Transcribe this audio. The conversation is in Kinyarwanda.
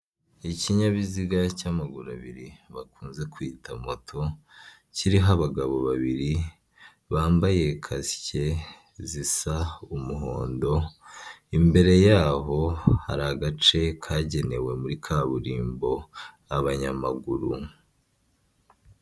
Ikinyabiziga cy'amaguru abiri, bakunze kwita moto, kiriho abagabo babiri bambaye kasike zisa umuhondo, imbere yabo hari agace kagenewe muri kaburimbo abanyamaguru.